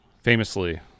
famously